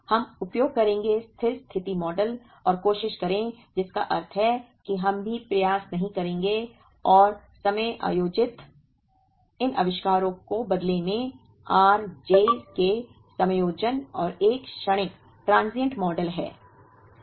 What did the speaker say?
हम उपयोग करेंगे स्थिर स्थिति मॉडल और कोशिश करें जिसका अर्थ है कि हम भी प्रयास नहीं करेंगे और समायोजित इन आविष्कारों को बदले में r j's के समायोजन और एक क्षणिक ट्रांजियंट मॉडल है